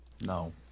No